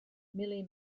milly